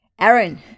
Aaron